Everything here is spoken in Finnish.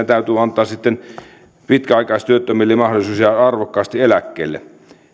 täytyy antaa pitkäaikaistyöttömille mahdollisuus jäädä arvokkaasti eläkkeelle